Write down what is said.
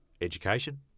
education